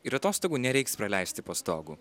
ir atostogų nereiks praleisti po stogu